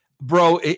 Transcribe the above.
bro